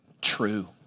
true